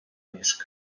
risc